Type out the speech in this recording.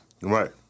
Right